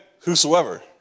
whosoever